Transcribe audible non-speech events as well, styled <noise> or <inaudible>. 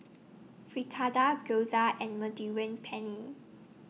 Fritada Gyoza and <unintelligible> Penne